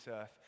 earth